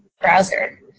browser